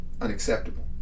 unacceptable